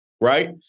right